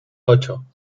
ocho